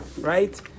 right